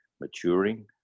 maturing